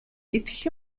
идэх